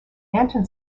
anton